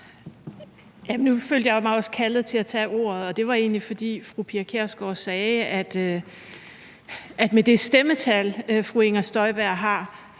Nu følte jeg mig også kaldet til at tage ordet, og det var egentlig, fordi fru Pia Kjærsgaard sagde, at med det stemmetal, fru Inger Støjberg har,